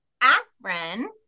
aspirin